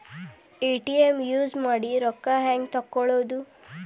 ATM use ಮಾಡಿ ರೊಕ್ಕ ಹೆಂಗೆ ತಕ್ಕೊಳೋದು?